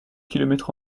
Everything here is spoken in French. kilomètres